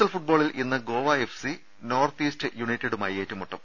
L ഫുട്ബോളിൽ ഇന്ന് Goa FC north east യുണൈറ്റഡുമായി ഏറ്റുമുട്ടും